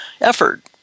effort